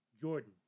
Jordan